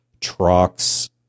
trucks